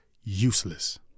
useless